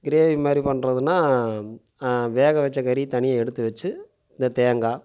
gravy மாதிரி பண்ணுறதுன்னா வேக வைச்ச கறி தனியாக எடுத்து வைச்சு இந்த தேங்காய்